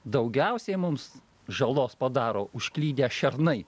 daugiausiai mums žalos padaro užklydę šernai